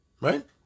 Right